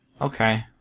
Okay